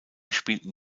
spielten